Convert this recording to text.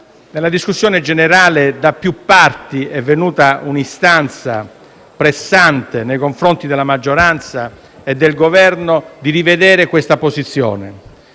nella discussione generale da più parti è venuta un'istanza pressante, nei confronti della maggioranza e del Governo, di rivedere questa posizione.